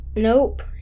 Nope